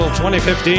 2015